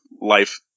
life